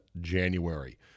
January